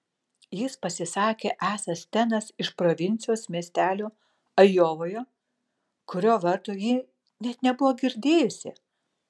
jis pasisakė esąs stenas iš provincijos miestelio ajovoje kurio vardo ji net nebuvo girdėjusi